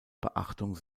beachtung